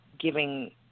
giving